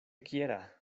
quiera